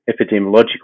epidemiological